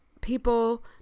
people